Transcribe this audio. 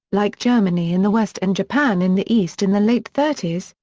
like germany in the west and japan in the east in the late thirty s,